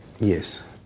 Yes